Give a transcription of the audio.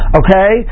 okay